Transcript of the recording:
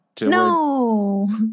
No